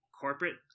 corporate